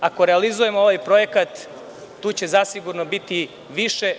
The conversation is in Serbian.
Ako realizujemo ovaj projekat, tu će zasigurno biti više.